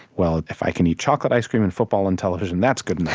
well, if i can eat chocolate ice cream and football on television, that's good